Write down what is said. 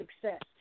success